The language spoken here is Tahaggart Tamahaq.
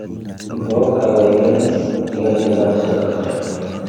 ⴱⵔo ⴽⴰⵡⴰⵢⵉ ⴳⴰⵏⴰ. ⵢⴰⴳⴰⴽ ⵢⴰⵍⵍⴰⵔⵉ ⵙⴻ ⴰⵍⴽⵀⴰⵢⵔ.